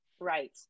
right